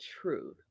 truth